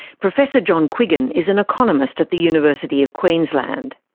professor john quiggin is an economist at the university of queensland.